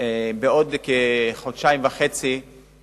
הכנתה לקריאה שנייה ולקריאה